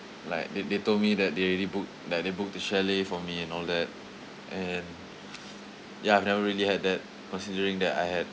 like they they told me that they already book that they book the chalet for me and all that and ya I've never really had that considering that I had